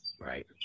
Right